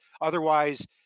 Otherwise